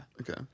okay